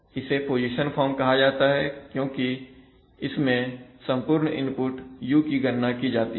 इसे position form कहा जाता है क्योंकि इसमें संपूर्ण इनपुट u की गणना की जाती है